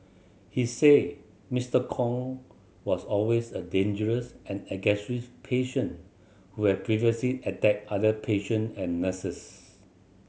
he said Mister Kong was always a dangerous and aggressive patient who have previously attacked other patient and nurses